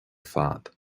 fad